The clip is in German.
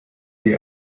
die